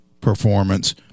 performance